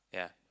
yeah